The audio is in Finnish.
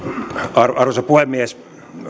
arvoisa puhemies